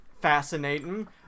Fascinating